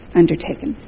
undertaken